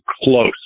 close